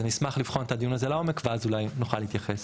אז אני אשמח לבחון את הדיון הזה לעומק ואז אולי נוכל להתייחס.